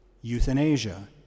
euthanasia